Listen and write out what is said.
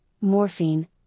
morphine